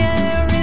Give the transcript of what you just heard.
air